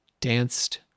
danced